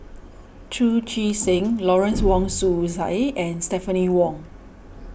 Chu Chee Seng Lawrence Wong Shyun Tsai and Stephanie Wong